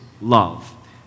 love